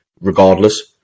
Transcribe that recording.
regardless